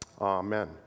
Amen